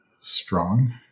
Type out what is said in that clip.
strong